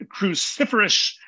cruciferous